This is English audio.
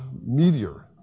meteor